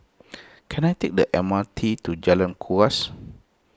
can I take the M R T to Jalan Kuras